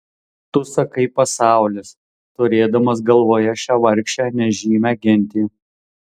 tu sakai pasaulis turėdamas galvoje šią vargšę nežymią gentį